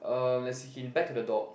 um let's see him back to the dog